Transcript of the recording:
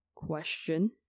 question